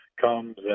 comes